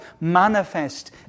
manifest